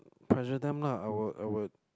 pressure them lah I would I would